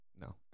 No